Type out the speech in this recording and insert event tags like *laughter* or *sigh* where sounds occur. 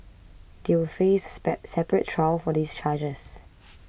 they will face a *unintelligible* separate trial for these charges